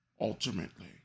ultimately